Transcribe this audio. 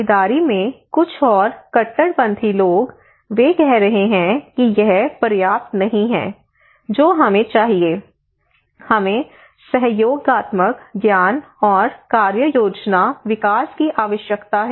भागीदारी में कुछ और कट्टरपंथी लोग वे कह रहे हैं कि यह पर्याप्त नहीं है जो हमें चाहिए हमें सहयोगात्मक ज्ञान और कार्य योजना विकास की आवश्यकता है